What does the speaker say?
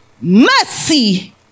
mercy